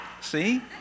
See